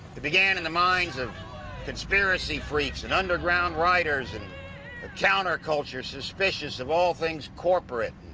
it began in the minds of conspiracy freaks and underground writers and a counterculture suspicious of all things corporate